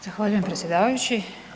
Zahvaljujem predsjedavajući.